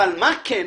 אבל מה כן?